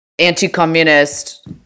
anti-communist